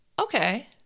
okay